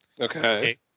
Okay